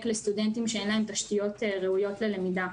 לסטודנטים שאין להם תשתיות ראויות ללמידה.